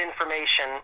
information